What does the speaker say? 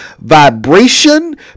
vibration